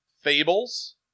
Fables